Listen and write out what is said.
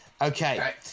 Okay